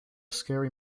scary